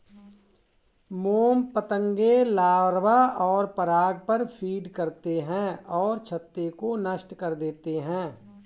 मोम पतंगे लार्वा और पराग पर फ़ीड करते हैं और छत्ते को नष्ट कर देते हैं